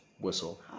whistle